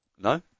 No